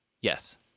yes